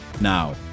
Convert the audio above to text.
Now